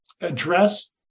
address